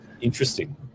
Interesting